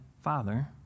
Father